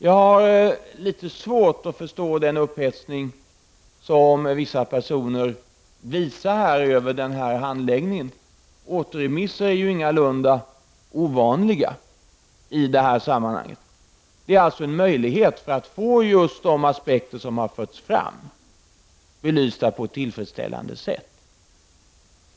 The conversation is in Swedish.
Jag har litet svårt att förstå den upphetsning som vissa personer visar över denna handläggning. Återremisser är ingalunda ovanliga i detta sammanhang. Det gör det möjligt att få just de aspekter som har förts fram belysta på ett tillfredsställande sätt.